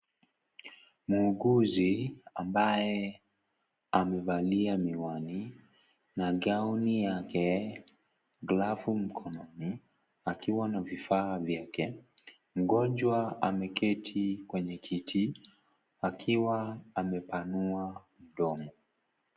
Muuguzi ambaye amevalia miwani na gauni yake, glovu mkononi akiwa na vifaa vyake. Mgonjwa ameketi kwenye kiti akiwa amepanua mdomo.